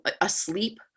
asleep